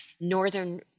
Northern